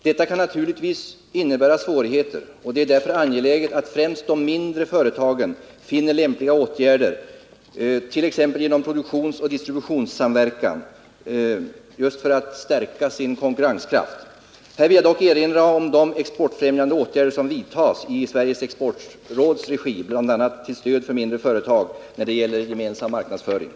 Detta kan naturligtvis innebära svårigheter, och det är därför angeläget att främst de mindre företagen finner åtgärder t.ex. genom produktionsoch distributionssamverkan för att förstärka sin konkurrenskraft. Här vill jag dock erinra om de exportfrämjande åtgärder som vidtas i Sveriges exportråds regi, bl.a. till stöd för gemensam marknadsföring för de mindre företagen.